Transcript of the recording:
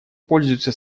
пользуются